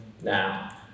now